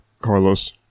Carlos